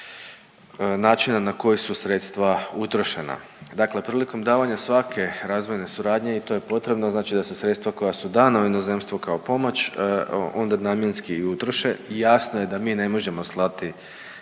načina na koji su sredstva utrošena. Dakle prilikom davanja svake razvojne suradnje i to je potrebno, znači da se sredstva koja su dana u inozemstvo kao pomoć, onda namjenski i utroše. Jasno je da mi ne možemo slati